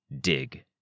Dig